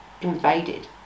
invaded